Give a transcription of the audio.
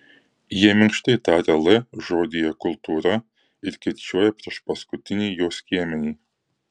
jie minkštai taria l žodyje kultūra ir kirčiuoja priešpaskutinį jo skiemenį